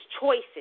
choices